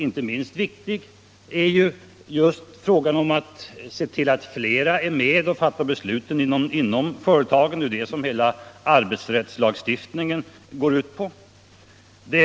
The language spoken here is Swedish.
Inte minst viktigt är att se till att flera är med och fattar besluten inom företagen. Arbetsrättslagstiftningen går ut på detta.